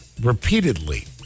repeatedly